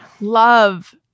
Love